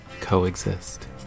coexist